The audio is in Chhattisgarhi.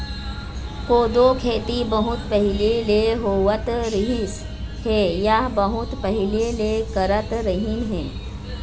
कोदो खेती बहुत पहिली ले होवत रिहिस हे या बहुत पहिली ले करत रिहिन हे